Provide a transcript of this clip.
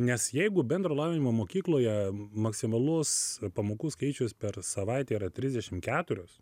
nes jeigu bendro lavinimo mokykloje maksimalus pamokų skaičius per savaitę yra trisdešimt keturios